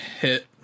hit